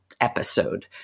episode